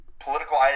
political